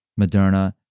Moderna